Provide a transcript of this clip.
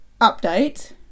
update